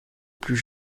plus